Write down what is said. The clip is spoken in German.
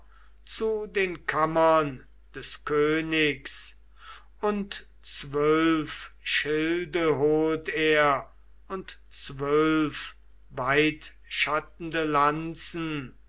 zu den kammern des königs und zwölf schilde holt er und zwölf weitschattende lanzen